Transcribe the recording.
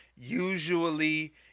Usually